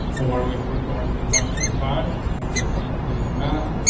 where we for going with one point five? we'll just need to do the math.